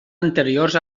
anteriors